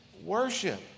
Worship